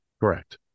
Correct